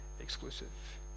exclusive